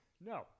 No